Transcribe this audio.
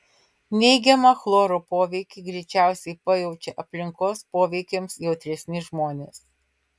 neigiamą chloro poveikį greičiausiai pajaučia aplinkos poveikiams jautresni žmonės